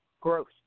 growth